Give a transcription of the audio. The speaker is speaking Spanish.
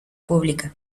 pública